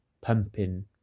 pumping